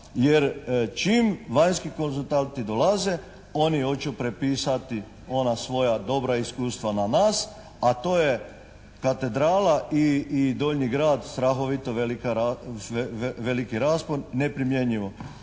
Jer čim vanjski konzultanti dolaze oni oću prepisati ona svoja dobra iskustva na nas, a to je katedrala i Donji grad strahovito velika, veliki raspon, neprimjenjivo.